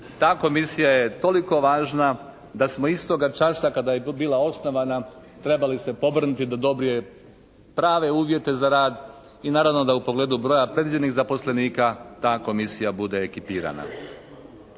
Ta Komisija je toliko važna da smo istoga časa kada je tu bila osnovana, trebali se pobrinuti da dobije prave uvjete za rad i naravno, da u pogledu broja predviđenih zaposlenika ta Komisija bude ekipirana.